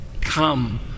come